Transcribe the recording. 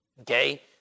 Okay